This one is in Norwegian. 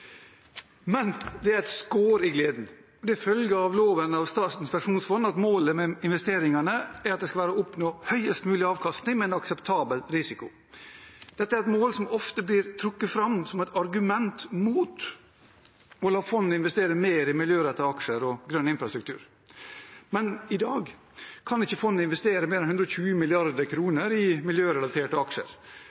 Men det er et skår i gleden. Det følger av loven om Statens pensjonsfond at målet med investeringene skal være å oppnå høyest mulig avkastning, med en akseptabel risiko. Dette er et mål som ofte blir trukket fram som et argument mot å la fondet investere mer i miljørettede aksjer og grønn infrastruktur. Men i dag kan ikke fondet investere mer enn 120 mrd. kr i miljørelaterte aksjer.